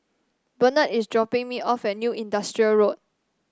Burnett is dropping me off at New Industrial Road